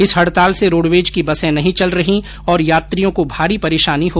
इस हड़ताल से रोडवेज की बसें नहीं चल रही और यात्रियों को भारी परेशानी हो रही है